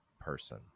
person